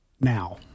now